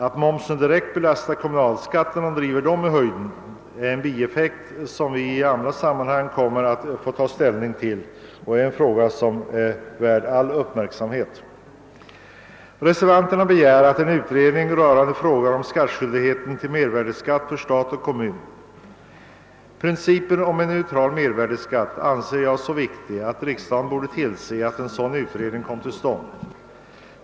Att momsen direkt belastar kommunalskatterna och driver dessa i höjden är en bieffekt som vi i annat sammanhang kommer att få ta ställning till. Det är en fråga som är värd all uppmärksamhet. Reservanterna begär en utredning rörande frågan om skattskyldigheten till mervärdeskatt till stat och kommun. Principen om en neutral mervärdeskatt anser jag vara så viktig, att riksdagen borde tillse att en sådan utredning kommer till stånd.